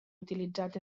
utilitzat